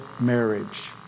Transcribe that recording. marriage